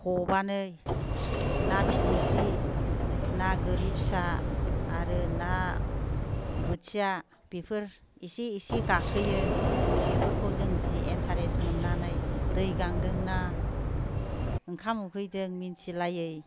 हबानो ना फिथिख्रि ना गोरि फिसा आरो ना बोथिया बेफोर इसे इसे गाखोयो बेफोरखौ जों जि एन्टारेस्ट मोन्नानै दै गांदों ना ओंखाम उखैादों मोनथि लायै